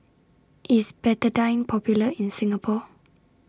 IS Betadine Popular in Singapore